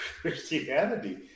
christianity